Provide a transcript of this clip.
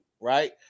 right